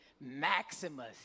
Maximus